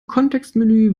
kontextmenü